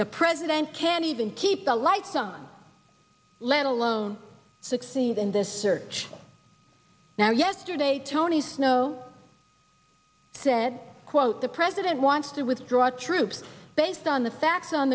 the president can't even keep the lights on let alone succeed in this search now yesterday tony snow said quote the president wants to withdraw troops based on the facts on